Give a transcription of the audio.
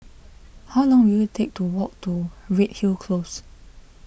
how long will it take to walk to Redhill Close